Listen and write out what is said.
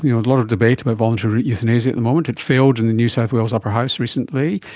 you know lot of debate about voluntary euthanasia at the moment. it failed in the new south wales upper house recently,